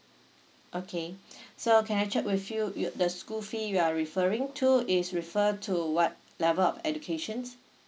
okay so can I check with you the school fee you are referring to is refer to what level of educations